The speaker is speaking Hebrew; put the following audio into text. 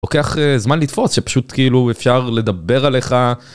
לוקח זמן לתפוס שפשוט כאילו אפשר לדבר עליך.